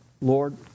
Lord